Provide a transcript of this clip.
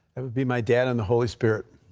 that would be my dad and the holy spirit.